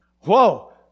Whoa